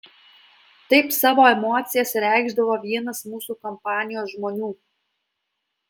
taip savo emocijas reikšdavo vienas mūsų kompanijos žmonių